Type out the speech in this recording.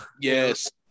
yes